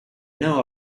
know